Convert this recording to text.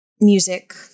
music